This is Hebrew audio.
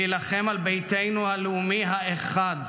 להילחם על ביתנו הלאומי האחד,